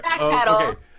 okay